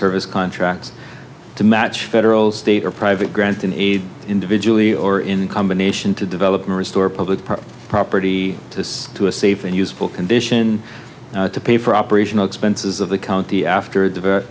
service contracts to match federal state or private grant in aid individually or in combination to develop more restore public property this to a safe and useful condition to pay for operational expenses of the county after the